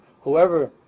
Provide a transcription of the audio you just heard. Whoever